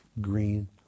green